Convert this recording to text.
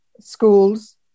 Schools